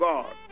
God